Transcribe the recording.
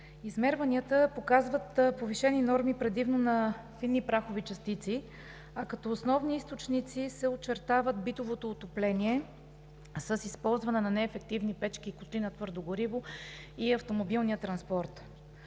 Измерванията показват повишени норми – предимно на фини прахови частици, а като основни източници се очертават битовото отопление с използване на неефективни печки и котли на твърдо гориво и автомобилният транспорт.